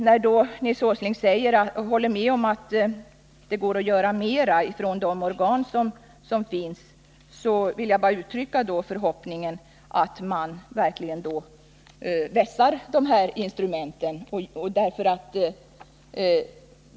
När Nils Åsling håller med om att det går att göra mera från de befintliga organens sida vill jag bara uttrycka den förhoppningen, att man verkligen vässar de instrument som finns.